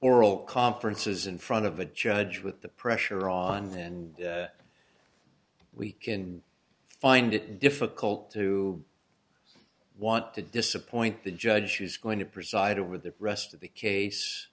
oral conferences in front of a judge with the pressure on then we can find it difficult to want to disappoint the judge who's going to preside over the rest of the case